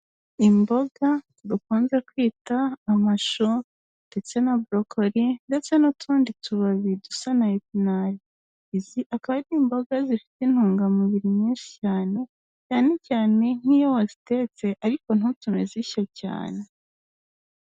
Imboga dukunze kwita amashu ndetse na borokori ndetse n'utundi tubabi dusa na epinari, izi akaba ari iboga zifite intungamubiri nyinshi, cyane cyane nk'iyo wazitetse ariko ntutume zishya cyane.